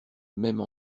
même